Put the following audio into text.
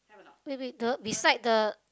wait wait the beside the